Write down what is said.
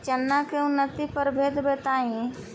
चना के उन्नत प्रभेद बताई?